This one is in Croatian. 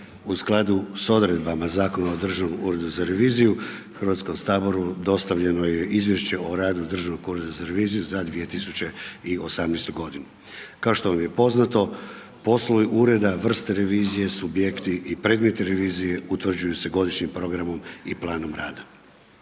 U skladu sa odredbama Zakona o Državnom uredu za reviziju Hrvatskom dostavljeno je Izvješće o radu Državnog ureda za reviziju za 2018. godinu. Kao što vam je poznato poslovi ureda, vrste revizije, subjekti i predmet revizije utvrđuju se godišnjim programom i planom rada.